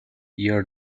your